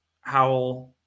Howell